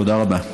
תודה רבה.